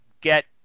get